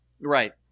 right